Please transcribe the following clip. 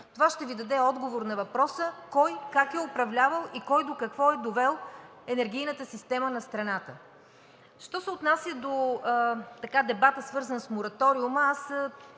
Това ще Ви даде отговор на въпроса кой как е управлявал и кой до какво е довел енергийната система на страната. Що се отнася до дебата, свързан с мораториума, аз